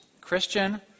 Christian